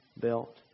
built